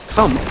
Come